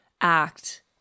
act